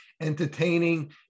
entertaining